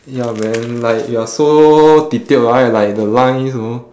ya man like you are so detailed right like the lines you know